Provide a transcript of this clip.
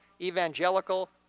evangelical